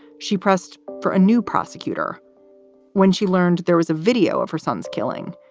she pressed for a new prosecutor when she learned there was a video of her son's killing.